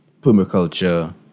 permaculture